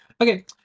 Okay